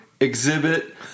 Exhibit